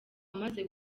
wamaze